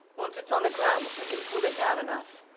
once it's on the ground, if we can pull it down enough,